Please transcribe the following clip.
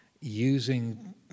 using